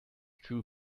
dew